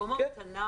בסיום הבחינה